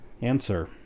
answer